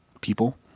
people